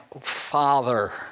father